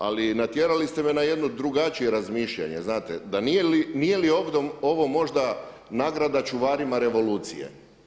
Ali i natjerali ste me na jedno drugačije razmišljanje, znate, nije li ovo možda nagrada čuvarima revolucije.